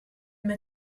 mais